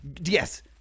Yes